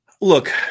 Look